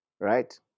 right